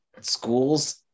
schools